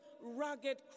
rugged